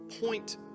point